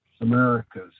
Americas